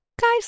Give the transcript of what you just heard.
guys